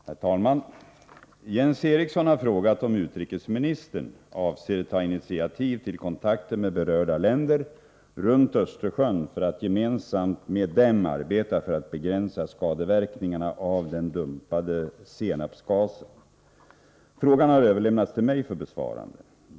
Herr talman! Jens Eriksson har frågat om utrikesministern avser ta initiativ till kontakter med berörda länder runt Östersjön för att gemensamt med dem arbeta för att begränsa skadeverkningarna av den dumpade senapsgasen. Frågan har överlämnats till mig för besvarande.